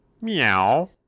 meow